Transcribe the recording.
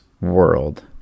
world